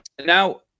Now –